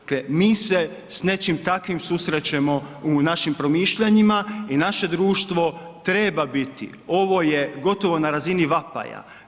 Dakle, mi se s nečim takvim susrećemo u našim promišljanjima i naše društvo treba biti ovo je gotovo na razini vapaja.